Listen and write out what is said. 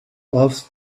off